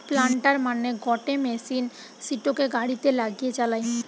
planter মানে গটে machine সিটোকে গাড়িতে লাগিয়ে চালায়